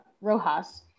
Rojas